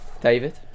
david